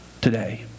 today